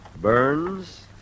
Burns